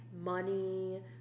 money